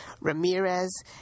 Ramirez